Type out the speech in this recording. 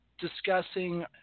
discussing